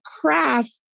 craft